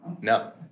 No